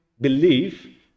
believe